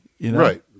Right